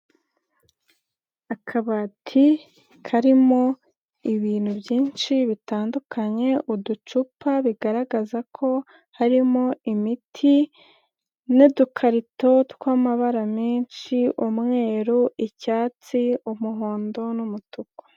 Akabati karimo ibintu byinshi bitandukanye uducupa bigaragaza ko harimo imiti n'udukarito tw'amabara menshi, umweru, icyatsi, umuhondo n'umutuku.